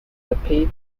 repeats